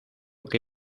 que